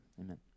amen